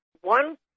one